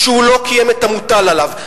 שהוא לא קיים את המוטל עליו.